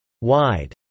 wide